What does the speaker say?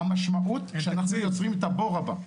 המשמעות היא שאנחנו יוצרים את הבור הבא.